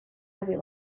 heavy